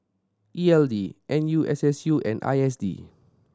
E L D N U S S U and I S D